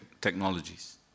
technologies